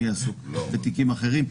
מי יעסוק בתיקים אחרים,